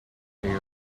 area